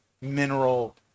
mineral